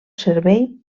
servei